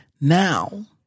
now